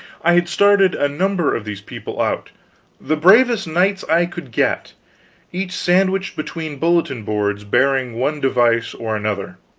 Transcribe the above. i had started a number of these people out the bravest knights i could get each sandwiched between bulletin-boards bearing one device or another,